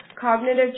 Cognitive